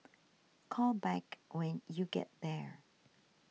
call back when you get there